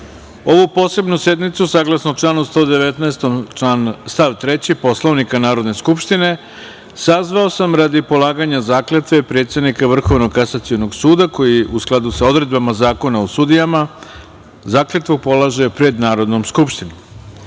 posebnu sednicu, saglasno članu 119. stav 3. Poslovnika Narodne skupštine, sazvao sam radi polaganja zakletve predsednika Vrhovnog kasacionog suda koji, u skladu sa odredbama Zakona o sudijama, zakletvu polaže pred Narodnom skupštinom. Čast